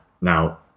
now